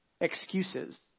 excuses